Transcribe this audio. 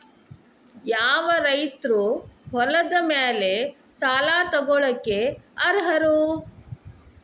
ಯಾವ ರೈತರು ಹೊಲದ ಮೇಲೆ ಸಾಲ ತಗೊಳ್ಳೋಕೆ ಅರ್ಹರು?